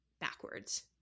backwards